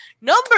Number